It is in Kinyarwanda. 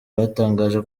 batangaje